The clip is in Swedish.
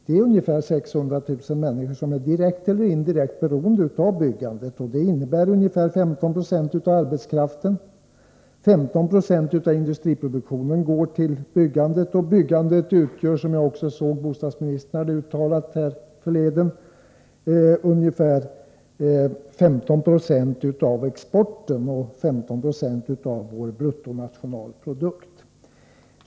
Ungefär 600000 människor är direkt eller indirekt beroende av byggandet. Det innebär ungefär 1596 av arbetskraften. 1526 av industriproduktionen går till byggandet. Och byggandet utgör — som jag såg att bostadsministern hade uttalat härförleden — ungefär 1596 av exporten och 1596 av vår bruttonationalprodukt.